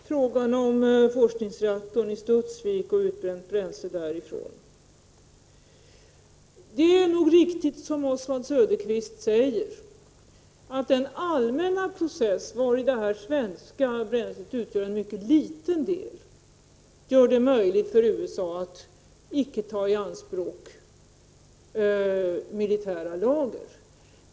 Herr talman! Först till frågan om forskningsreaktorn i Studsvik och utbränt bränsle därifrån. Det är nog riktigt som Oswald Söderqvist säger, att den allmänna process vari det svenska bränslet utgör en mycket liten del gör det möjligt för USA att icke ta i anspråk militära lager.